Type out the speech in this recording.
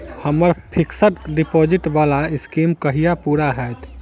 हम्मर fixed deposit वला scheme कहिया पूरा हैत?